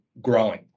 growing